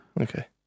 Okay